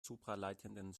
supraleitenden